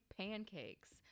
pancakes